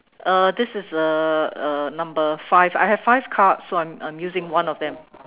uh this is uh uh number five I have five cards so I'm I'm using one of them